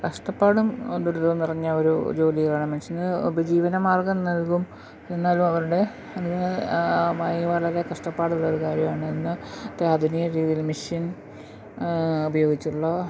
കഷ്ടപ്പാടും ദുരിതവും നിറഞ്ഞ ഒരു ജോലികളാണ് മനുഷ്യൻ ഉപജീവന മാർഗ്ഗം നൽകും എന്നാലും അവരുടെ വളരെ കഷ്ടപ്പാടുള്ളൊരു കാര്യമാണ് ഇന്ന് ആധുനിക രീതിയിൽ മഷീൻ ഉപയോഗിച്ചുള്ള